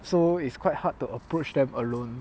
so it's quite hard to approach them alone